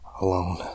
alone